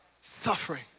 suffering